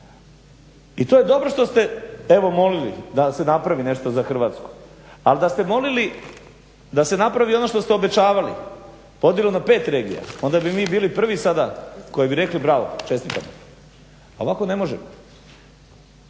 i to je dobro što ste evo molili da se napravi nešto za Hrvatsku. Ali da ste molili da se napravi ono što ste obećavali, podjelu na pet regija, onda bi mi bili prvi sada koji bi rekli bravo, čestitamo, a ovako ne možemo.